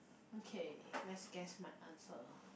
okay let's guess my answer